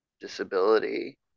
disability